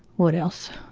what else?